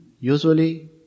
usually